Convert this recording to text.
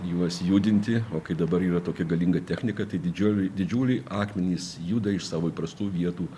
juos judinti o kai dabar yra tokia galinga technika tai didžioji didžiuliai akmenys juda iš savo įprastų vietų